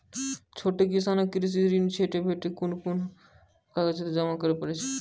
छोट किसानक कृषि ॠण भेटै छै? कून कून कागज जमा करे पड़े छै?